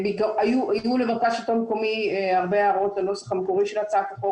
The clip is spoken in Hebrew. היו למרכז השלטון המקומי הרבה הערות על הנוסח המקורי של הצעת החוק.